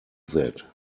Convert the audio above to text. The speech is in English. that